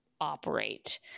operate